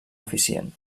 eficient